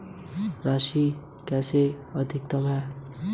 मैं बैंक से अधिकतम कितनी राशि उधार ले सकता हूँ?